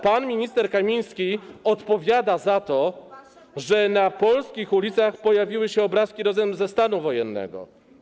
Pan minister Kamiński odpowiada za to, że na polskich ulicach pojawiły się obrazki rodem ze stanu wojennego.